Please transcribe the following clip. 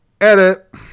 Edit